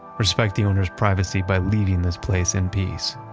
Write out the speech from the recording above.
respect the owner's privacy by leaving this place in peace.